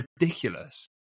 ridiculous